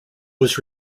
was